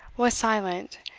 was silent,